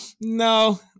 no